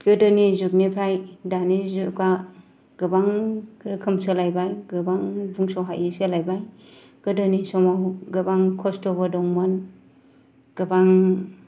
गोदोनि जुगनिफ्राय दानि जुगा गोबां रोखोम सोलायबाय गोबां बुंस'हायि सोलायबाय गोदोनि समाव गोबां खस्थ'बो दंमोन गोबां